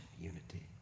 unity